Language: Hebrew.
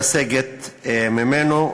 לסגת ממנו.